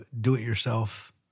do-it-yourself